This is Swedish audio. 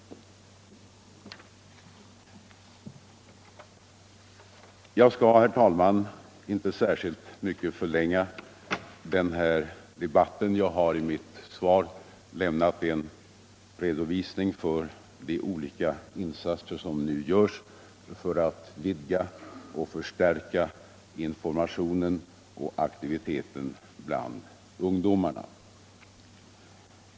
Jag skall, herr talman, inte för egen del förlänga debatten. Jag har i mitt svar lämnat en redovisning för de olika insatser som nu görs för att vidga och förstärka informationen och aktiviteten bland ungdomarna.